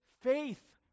faith